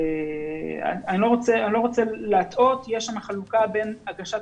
אני לא רוצה להטעות אבל יש שם חלוקה בין הגשת